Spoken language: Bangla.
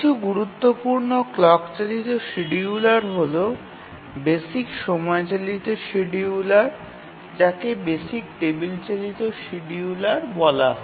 কিছু গুরুত্বপূর্ণ ক্লক চালিত শিডিয়ুলার হল বেসিক সময়চালিত শিডিয়ুলার যাকে বেসিক টেবিল চালিত শিডিয়ুলার বলা হয়